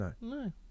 No